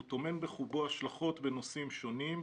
הוא טומן בחובו השלכות בנושאים שונים,